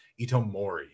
Itomori